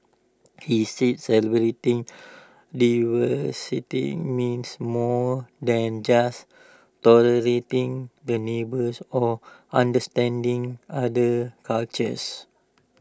he said celebrating diversity meant more than just tolerating the neighbours or understanding other cultures